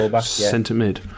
centre-mid